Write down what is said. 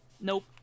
nope